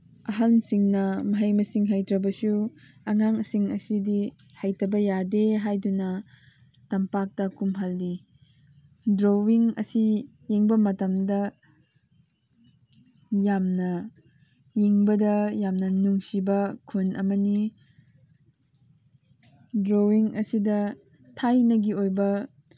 ꯑꯍꯟꯁꯤꯡꯅ ꯃꯍꯩ ꯃꯁꯤꯡ ꯍꯩꯇ꯭ꯔꯕꯁꯨ ꯑꯉꯥꯡꯁꯤꯡ ꯑꯁꯤꯗꯤ ꯍꯩꯇꯕ ꯌꯥꯗꯦ ꯍꯥꯏꯗꯨꯅ ꯇꯝꯄꯥꯛꯇ ꯀꯨꯝꯍꯜꯂꯤ ꯗ꯭ꯔꯣꯋꯤꯡ ꯑꯁꯤ ꯌꯦꯡꯕ ꯃꯇꯝꯗ ꯌꯥꯝꯅ ꯌꯦꯡꯕꯗ ꯌꯥꯝꯅ ꯅꯨꯡꯁꯤꯕ ꯈꯨꯟ ꯑꯃꯅꯤ ꯗ꯭ꯔꯣꯋꯤꯡ ꯑꯁꯤꯗ ꯊꯥꯏꯅꯒꯤ ꯑꯣꯏꯕ